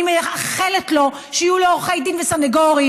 אני מאחלת לו שיהיו לו עורכי דין וסנגורים